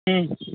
हुँ